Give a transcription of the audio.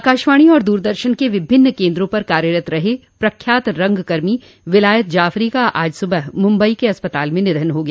आकाशवाणी और दूरदर्शन के विभिन्न केन्द्रों पर कार्यरत रहे प्रख्यात रंगकर्मी विलायत जाफरी का आज सुबह मुंबई के अस्पताल में निधन हो गया